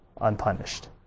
unpunished